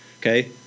okay